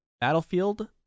Battlefield